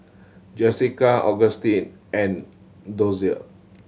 Jessika Augustine and Dozier